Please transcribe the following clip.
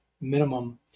minimum